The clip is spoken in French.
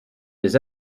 des